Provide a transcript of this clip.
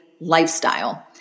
lifestyle